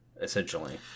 essentially